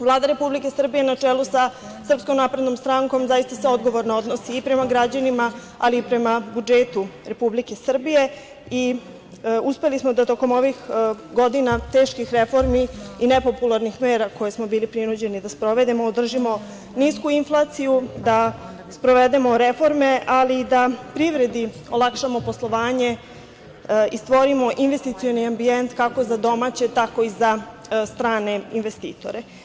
Vlada Republike Srbije na čelu sa SNS zaista se odgovorno odnosi i prema građanima, ali i prema budžetu Republike Srbije i uspeli smo da tokom ovih godina teških reformi i nepopularnih mera, koje smo prinuđeni da sprovedemo, održimo nisku inflaciju, da sprovedemo reforme, ali i da privredi olakšamo poslovanje i stvorimo investicioni ambijent kako za domaće, tako i za strane investitore.